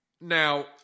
Now